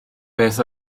beth